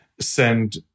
Send